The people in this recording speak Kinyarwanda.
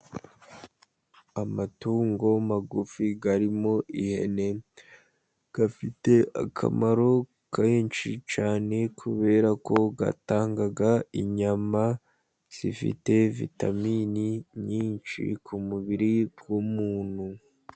Amatungo magufi arimo ihene, afite akamaro kenshi cyane kubera ko atanga inyama zifite vitamini nyinshi ku mubiri w'umuntu.